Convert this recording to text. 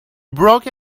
broke